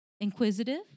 Inquisitive